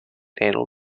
prenatal